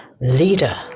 leader